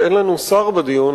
אין לנו שר בדיון,